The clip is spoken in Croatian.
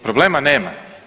Problema nema.